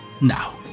now